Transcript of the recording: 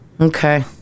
Okay